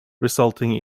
resulting